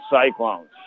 Cyclones